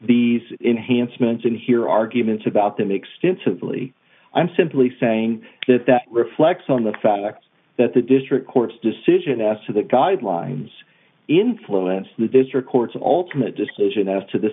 these enhanced moments and hear arguments about them extensively i'm simply saying that that reflects on the fact that the district court's decision as to the guidelines influence the district courts of ultimate decision as to the